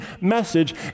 message